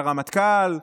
לרמטכ"ל?